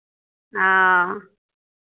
हँ